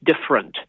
different